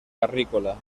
carrícola